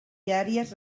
diàries